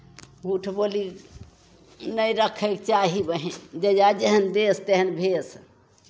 भूठ बोली नहि रखैके चाही बहीन जकरा जेहन देश तेहन भेष